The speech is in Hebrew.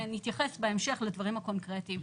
ואני אתייחס בהמשך לדברים הקונקרטיים.